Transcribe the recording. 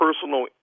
personal